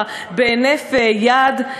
בהינף יד.